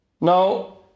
Now